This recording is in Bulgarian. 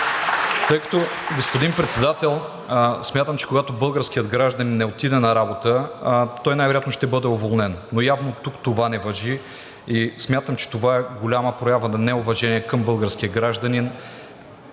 Промяната“.) Господин Председател, смятам, че когато българският гражданин не отиде на работа, той най-вероятно ще бъде уволнен, но явно тук това не важи и смятам, че това е голяма проява на неуважение към българския гражданин,